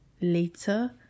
later